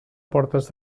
portes